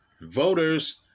voters